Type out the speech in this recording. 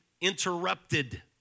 interrupted